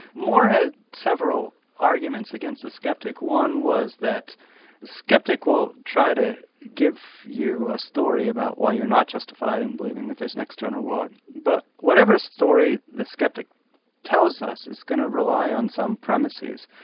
moore had several arguments against a sceptic. one was that the sceptic will try to give you a story about why you're not justified in believing that there's an external world, but whatever story the sceptic tells us is going to rely on some premises,